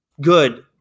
good